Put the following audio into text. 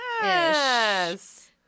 Yes